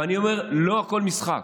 ואני אומר: לא הכול משחק.